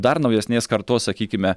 dar naujesnės kartos sakykime